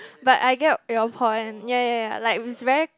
but I get your point ya ya ya like if it's very